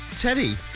Teddy